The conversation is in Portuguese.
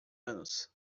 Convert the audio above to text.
anos